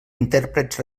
intèrprets